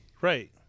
right